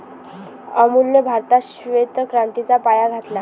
अमूलने भारतात श्वेत क्रांतीचा पाया घातला